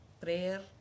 Prayer